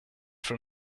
for